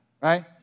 right